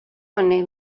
honen